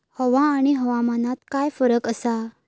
हवा आणि हवामानात काय फरक असा?